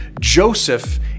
Joseph